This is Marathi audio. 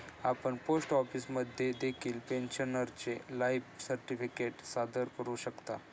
आपण पोस्ट ऑफिसमध्ये देखील पेन्शनरचे लाईफ सर्टिफिकेट सादर करू शकता